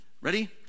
ready